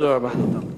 תודה רבה.